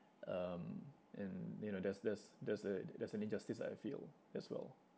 um and you know that's that's that's a that's an injustice that I feel as well